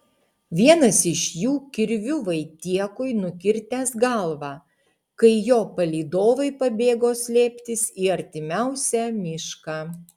vienas iš jų kirviu vaitiekui nukirtęs galvą kai jo palydovai pabėgo slėptis į artimiausią mišką